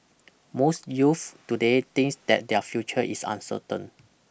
most youths today think that their future is uncertain